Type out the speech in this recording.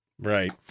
Right